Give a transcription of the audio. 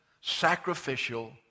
sacrificial